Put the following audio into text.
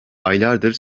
aylardır